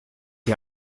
die